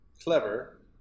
clever